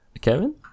Kevin